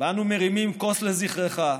אנו מרימים כוס לזכרך,